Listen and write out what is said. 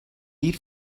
lead